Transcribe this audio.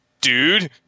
Dude